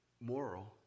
moral